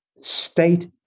state